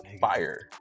fire